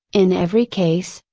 in every case,